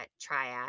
triad